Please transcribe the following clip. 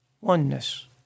Oneness